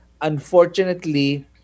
Unfortunately